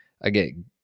again